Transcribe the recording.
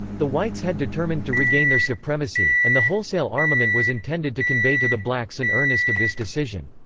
the whites had determined to regain their supremacy and the wholesale armament was intended to convey to the blacks an earnest of this decision.